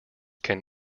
can